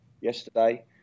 yesterday